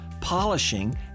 polishing